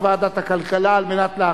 לדיון מוקדם בוועדת הכלכלה נתקבלה.